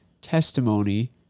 testimony